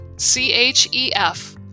C-H-E-F